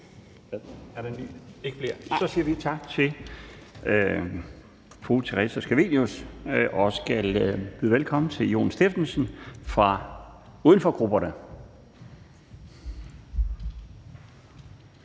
Så siger vi tak til fru Theresa Scavenius og skal byde velkommen til hr. Jon Stephensen, uden for grupperne,